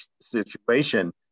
situation